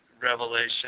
revelation